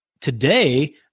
Today